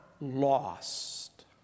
lost